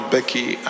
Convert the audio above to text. Becky